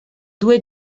due